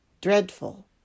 dreadful